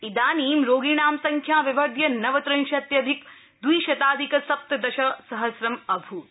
इदानीं रोगिणां संख्या विवर्ध्य नवत्रिंशत्यधिक द्विशताधिक सप्तदश सहस्रं अभूत्